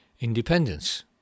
independence